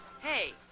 Hey